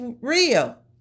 real